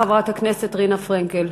חברת הכנסת רינה פרנקל,